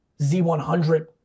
Z100